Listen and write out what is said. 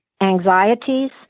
anxieties